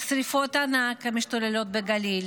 שרפות ענק המשתוללות בגליל,